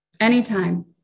anytime